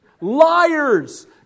liars